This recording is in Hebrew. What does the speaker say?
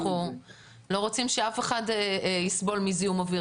אנחנו לא רוצים שאף אחד יסבול מזיהום אוויר.